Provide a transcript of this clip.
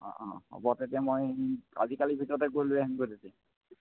অঁ অঁ হ'ব তেতিয়া মই আজি কালিৰ ভিতৰতে লৈ আনিমগৈ তেতিয়াহ'লে